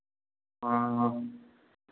हाँ हाँ